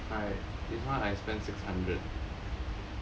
I spent five this [one] I spent six hundred